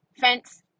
fence